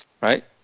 right